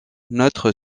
neutre